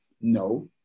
No